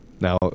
Now